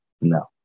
No